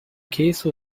case